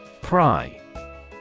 Pry